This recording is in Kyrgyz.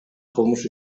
кылмыш